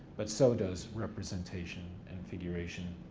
but so does representation and figuration.